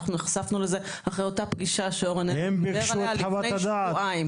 אנחנו נחשפנו לזה אחרי אותה פגישה שאורן דיבר עליה לפני שבועיים.